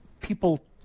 people